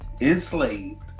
enslaved